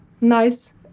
nice